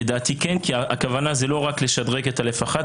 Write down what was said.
כי הכוונה זה לא רק לשדרג את א'1,